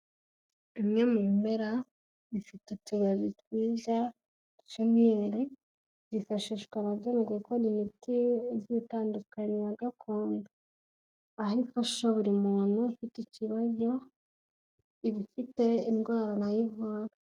Bimwe mu bimera bifite utubabi twiza tw'umweru byifashishwa abaturage gukora imiti igiye itandukanye ya gakondo aho ifasha buri muntu ufite ikibazo iba ifite indwara nayo ivura.